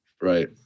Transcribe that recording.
Right